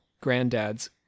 granddad's